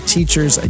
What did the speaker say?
Teachers